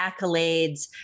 accolades